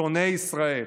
שונאי ישראל,